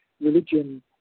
religion